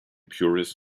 puris